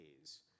days